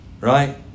right